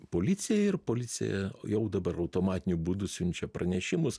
policijai ir policija jau dabar automatiniu būdu siunčia pranešimus